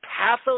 pathos